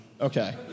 Okay